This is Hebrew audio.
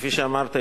כפי שאמרת,